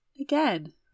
again